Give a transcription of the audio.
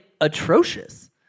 atrocious